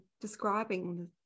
describing